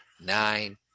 nine